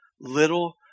little